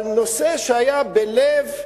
אבל נושא שהיה בלב הקונסנזוס: